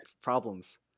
problems